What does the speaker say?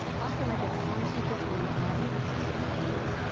often, i get song snippets when i'm driving. i'm not sure why that is.